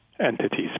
entities